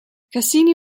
cassini